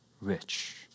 rich